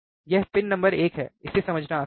यह pin number एक है इसे समझना आसान है